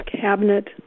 cabinet